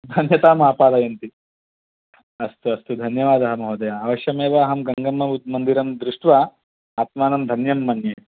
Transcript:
धन्यताम् आपादयन्ति अस्तु अस्तु धन्यवादाः महोदया अवश्यमेव अहं गङ्गम्मा मन्दिरं दृष्ट्वा आत्मानं धन्यं मन्ये